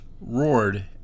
roared